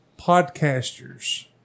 podcasters